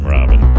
Robin